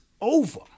over